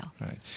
Right